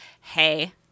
hey